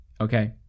Okay